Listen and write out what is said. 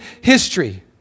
history